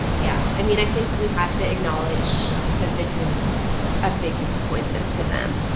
yeah. i mean, i think we have to acknowledge that this is a big disappointment for them.